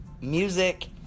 music